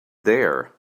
there